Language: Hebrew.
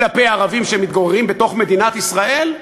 כלפי ערבים שמתגוררים בתוך מדינת ישראל,